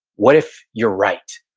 what if you're right?